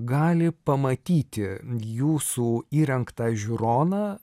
gali pamatyti jūsų įrengtą žiūroną